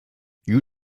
you